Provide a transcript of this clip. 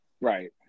Right